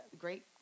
great